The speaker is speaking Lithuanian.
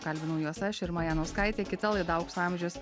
kalbinau juos aš irma janauskaitė kita laida aukso amžius